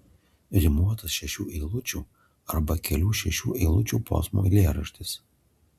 rimuotas šešių eilučių arba kelių šešių eilučių posmų eilėraštis